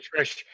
trish